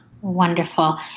Wonderful